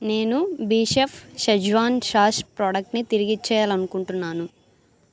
నేను BeChef Schezwan sauce ప్రొడక్ట్ని తిరిగిచ్చేయాలనుకుంటున్నాను